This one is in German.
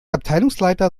abteilungsleiter